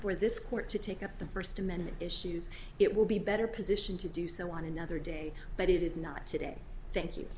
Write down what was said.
for this court to take up the first amendment issues it will be better position to do so on another day but it is not today thank you